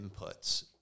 inputs